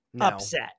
upset